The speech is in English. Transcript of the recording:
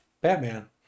batman